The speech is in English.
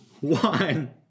one